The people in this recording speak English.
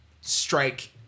strike